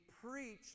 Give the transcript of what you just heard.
preached